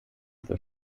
für